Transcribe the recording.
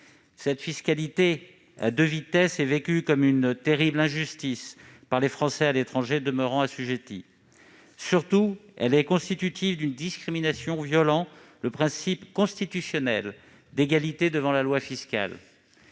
Cette fiscalité à deux vitesses est vécue comme une terrible injustice par les Français de l'étranger demeurant assujettis. Surtout, elle est constitutive d'une discrimination violant le principe constitutionnel d'égalité devant la loi fiscale.